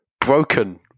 broken